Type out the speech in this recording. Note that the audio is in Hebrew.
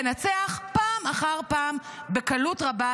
לנצח פעם אחר פעם בקלות רבה,